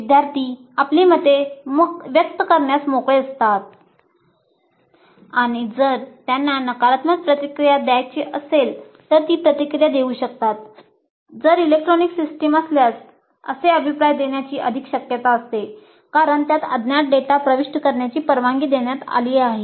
विद्यार्थी आपली मते व्यक्त करण्यास मोकळे असतात आणि जर त्यांना नकारात्मक प्रतिक्रिया द्यावयाची असेल तर ती प्रतिक्रिया देऊ शकतात जर इलेक्ट्रॉनिक सिस्टम असल्यास असे अभिप्राय देण्याची अधिक शक्यता असते कारण त्यात अज्ञात डेटा प्रविष्ट करण्याची परवानगी देण्यात आली आहे